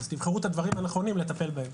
אז תבחרו את הדברים הנכונים לטפל בהם.